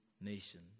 nation